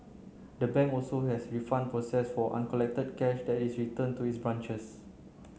the bank also has refund process for uncollected cash that is returned to its branches